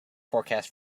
forecast